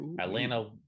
Atlanta